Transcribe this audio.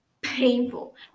painful